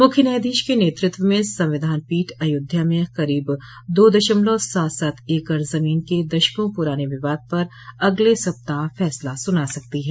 मुख्य न्यायाधीश के नेतृत्व में संविधान पीठ अयोध्या में करीब दो दशमलव सात सात एकड़ जमीन के दशकों पुराने विवाद पर अगले सप्ताह फैसला सुना सकती है